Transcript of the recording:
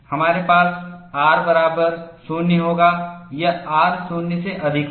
हमारे पास R बराबर 0 होगा या R 0 से अधिक होगा